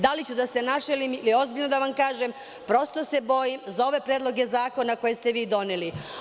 Da li ću da se našalim ili ozbiljno da vam kažem, prosto se bojim za ove predloge zakona koje ste vi doneli.